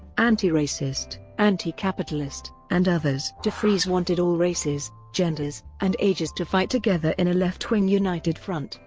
anti-racist, anti-capitalist, and others. defreeze wanted all races, genders, and ages to fight together in a left-wing united front,